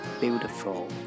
beautiful